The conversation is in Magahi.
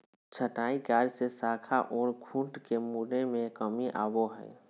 छंटाई कार्य से शाखा ओर खूंटों के मुड़ने में कमी आवो हइ